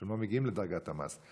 כשהם לא מגיעים לדרגת המס.